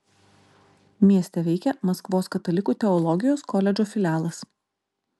mieste veikia maskvos katalikų teologijos koledžo filialas